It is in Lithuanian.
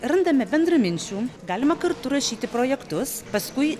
randame bendraminčių galima kartu rašyti projektus paskui